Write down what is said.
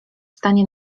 stanie